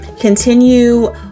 continue